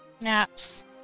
maps